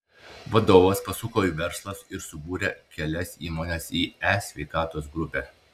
vadovas pasuko į verslą ir subūrė kelias įmones į e sveikatos grupę